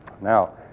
Now